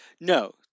No